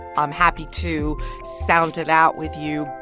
i'm happy to sound it out with you,